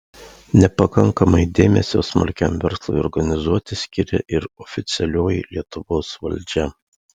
nepakankamai dėmesio smulkiam verslui organizuoti skiria ir oficialioji lietuvos valdžia